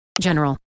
General